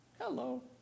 hello